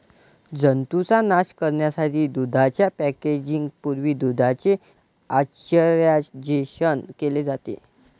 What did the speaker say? जंतूंचा नाश करण्यासाठी दुधाच्या पॅकेजिंग पूर्वी दुधाचे पाश्चरायझेशन केले जाते